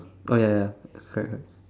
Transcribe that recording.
oh ya ya correct correct